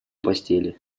постели